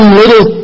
little